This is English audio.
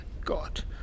God